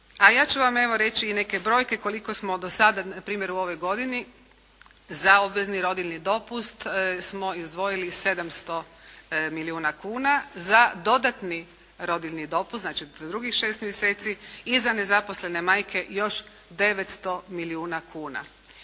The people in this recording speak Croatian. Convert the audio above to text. A ja ću vam evo reći i neke brojke koliko smo do sada na primjer u ovoj godini za obvezni rodiljni dopust smo izdvojili 700 milijuna kuna, za dodatni rodiljni dopust znači za drugih šest mjeseci i za nezaposlene majke još 900 milijuna kuna.